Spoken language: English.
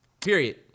Period